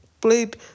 played